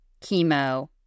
chemo